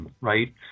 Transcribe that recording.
right